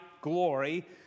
glory